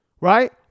right